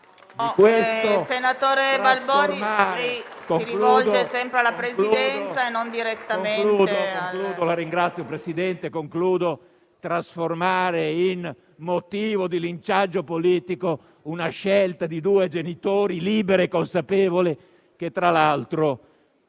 Senatore Balboni, si rivolga sempre alla Presidenza e non direttamente al